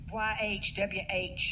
YHWH